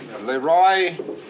Leroy